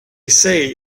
say